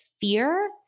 fear